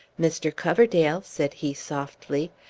mr. coverdale, said he softly,